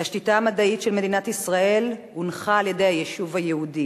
תשתיתה המדעית של מדינת ישראל הונחה על-ידי היישוב היהודי